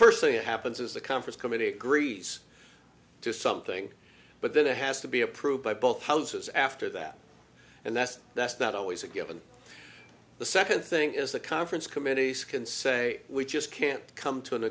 first thing that happens is the conference committee greets to something but then it has to be approved by both houses after that and that's that's not always a given the second thing is the conference committees can say we just can't come to an